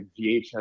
VHS